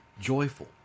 joyful